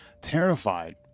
Terrified